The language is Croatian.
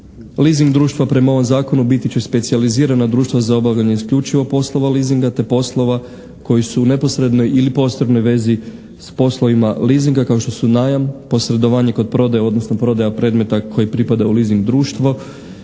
Leasing društva prema ovom zakonu biti će specijalizirana društva za obavljanje isključivo poslova leasinga te poslova koji su u neposrednoj ili posrednoj vezi s poslovima leasinga kao što su najam, posredovanje kod prodaje, odnosno prodaja predmeta koji pripadaju leasing društvo